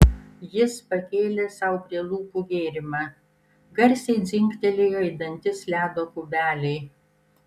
jis pakėlė sau prie lūpų gėrimą garsiai dzingtelėjo į dantis ledo kubeliai